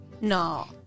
No